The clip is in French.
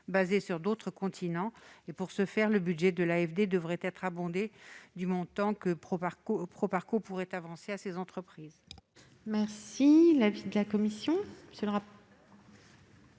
sur d'autres continents. À cette fin, le budget de l'AFD devrait être abondé du montant que Proparco pourrait avancer à ces sociétés. Quel est l'avis de la commission ?